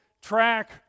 track